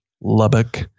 Lubbock